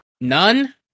None